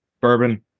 bourbon